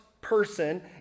person